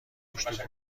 گوشت